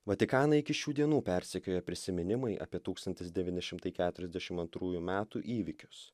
vatikaną iki šių dienų persekioja prisiminimai apie tūkstantis devyni šimtai keturiasdešim antrųjų metų įvykius